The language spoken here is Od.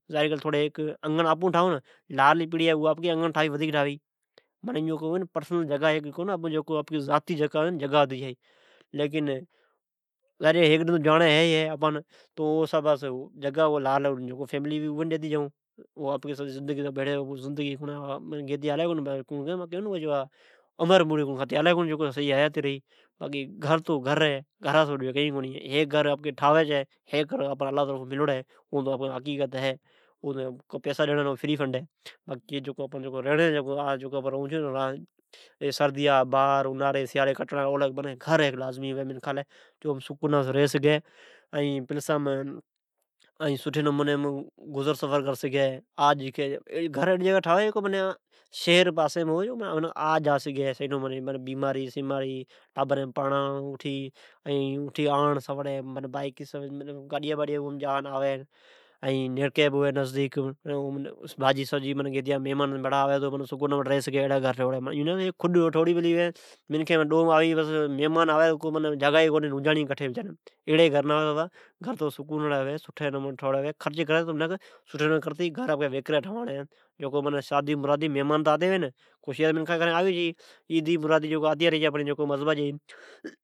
اگڑ آپون ٹھاھون لارلے پیڑپ آپکے ٹابرین جی اگڑ ٹاوی معنی آپکے گھر ھوی زاتی ھوی زاھری بات ھی تو ھیک ڈن جاڑنی تو اوا جگھے لارلے پڑین ڈیتے جاون باقی عمر موڑی کھاتی آلی کونے ھون تو ھیک ڈن جاڑی ھی۔ باقی گھر تو گھر ھی ھیک گھر آپون ٹھائون چھون ڈجی گھر اللہ جی طرفو ڈنوڑی ھے اون فری فنڈ ھے ۔باقی سردیا ،انڑاڑی ،سیاری ،بھار کٹڑئ لےھیک گھر لازمی ھے۔ جکو رھی سگھے ،آرام کر سگھے باقی بیماری سیماری ٹابرین پرھاڑ اٹھئ۔ سولے ھے بائیکی یا گاڈی سے اوم جا آوی بازجے ڈجی گتی آوی ۔ گھر ھوی تو تھوڑی موٹے ویکری ھوی ائون نا سفا کھڈ ھوی جون ۔ ایڑی سٹھے ھوی ۔ ائون نا ڈو چار مہمان آوی تو جگا نا ھوی ۔ گھر ایڑی سٹھئ ٹھواڑی جکو مہمان ڈجے آوی تو جگا جھام ھوی کا تو بیا بداڑی عیدی مرادی خشیا آتیا رھی چھے